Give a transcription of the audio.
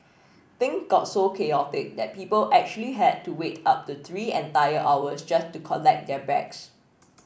thing got so chaotic that people actually had to wait up to three entire hours just to collect their bags